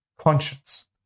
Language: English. conscience